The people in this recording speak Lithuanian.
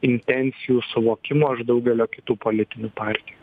intencijų suvokimo iš daugelio kitų politinių partijų